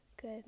good